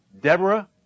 Deborah